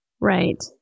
Right